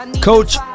Coach